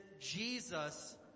Jesus